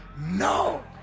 no